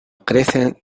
crecen